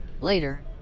later